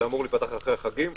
זה אמור להיפתח אחרי החגים.